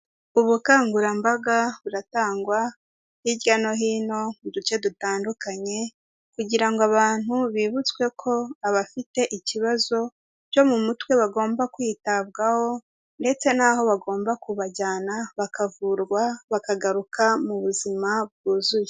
Ubukangurambaga buratangwa hirya no hino mu duce dutandukanye kugira ngo abantu bibutswe ko abafite ikibazo cyo mu mutwe bagomba kwitabwaho, ndetse nabo bagomba kubajyana bakavurwa, bakagaruka mu buzima bwuzuye.